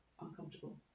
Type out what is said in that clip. uncomfortable